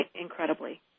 incredibly